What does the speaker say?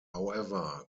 however